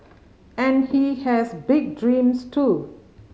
and he has big dreams too